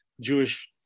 jewish